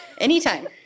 Anytime